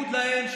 בניגוד להם,